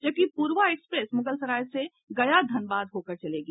जबकि पूर्वा एक्सप्रेस मुगलसराय से गया धनबाद होकर चलेगी